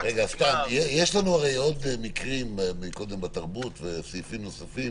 הפקס --- יש לנו הרי עוד מקרים בתרבות וסעיפים נוספים